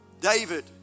David